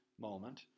moment